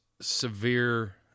severe